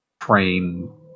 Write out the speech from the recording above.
train